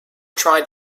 tried